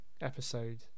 episode